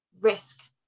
risk